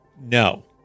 No